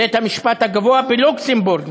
בית-המשפט הגבוה בלוקסמבורג,